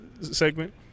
Segment